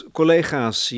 collega's